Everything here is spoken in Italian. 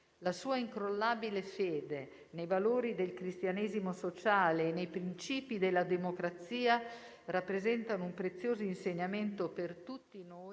la sua incrollabile fede nei valori del cristianesimo sociale e nei principi della democrazia rappresentano un prezioso insegnamento per tutti noi